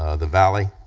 ah the valley,